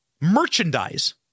merchandise